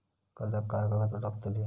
कर्जाक काय कागदपत्र लागतली?